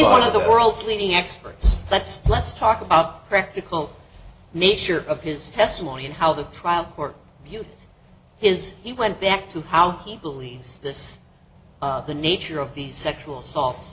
one of the world's leading experts let's let's talk about practical nature of his testimony and how the trial for you is he went back to how he believes this the nature of these sexual assault